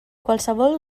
qualsevol